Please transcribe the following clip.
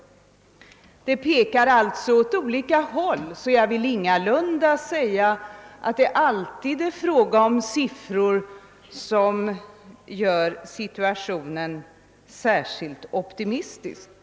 Siffrorna pekar alltså i detta fall åt olika håll, och jag vill ingalunda säga att situationen alltid bedöms för optimistiskt.